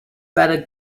better